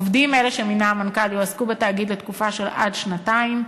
עובדים אלה שמינה המנכ"ל יועסקו בתאגיד לתקופה של עד שנתיים,